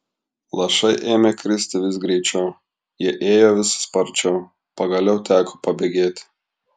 lašai ėmė kristi vis greičiau jie ėjo vis sparčiau pagaliau teko pabėgėti